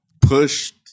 pushed